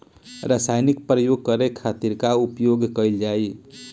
रसायनिक प्रयोग करे खातिर का उपयोग कईल जाइ?